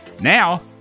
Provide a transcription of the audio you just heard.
Now